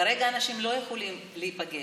כרגע אנשים לא יכולים להיפגש,